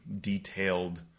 detailed